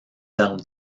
servent